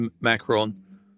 Macron